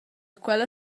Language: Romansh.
quella